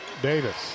Davis